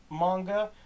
manga